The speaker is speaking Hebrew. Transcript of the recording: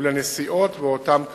ולנסיעות באותם קווים.